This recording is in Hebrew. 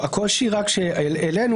הקושי שהעלינו